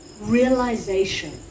realization